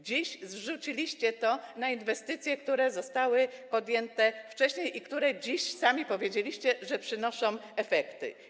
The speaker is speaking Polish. Dziś zrzuciliście to na inwestycje, które zostały podjęte wcześniej i które, jak sami powiedzieliście, przynoszą efekty.